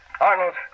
Arnold